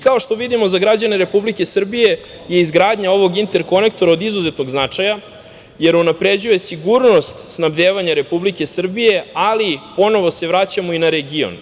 Kao što vidimo, za građane Republike Srbije je izgradnja ovog interkonektora od izuzetnog značaja, jer unapređuje sigurnost snabdevanja Republike Srbije, ali ponovo se vraćamo i na region.